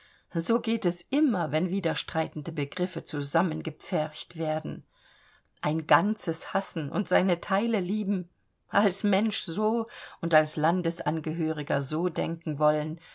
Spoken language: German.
so geht es immer wenn widerstreitende begriffe zusammengepfercht werden ein ganzes hassen und seine teile lieben als mensch so und als landesangehöriger so denken wollen